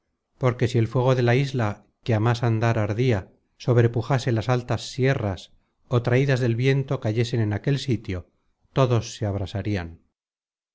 porque si el fuego de la isla que á más andar ardia sobrepujase las altas sierras ó traidas del viento cayesen en aquel sitio todos se abrasarian